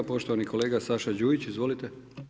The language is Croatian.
Poštovani kolega Saša Đujić, ozvolite.